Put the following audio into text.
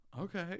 okay